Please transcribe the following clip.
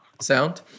Sound